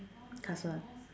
castle